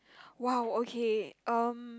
!wow! okay um